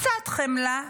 קצת חמלה,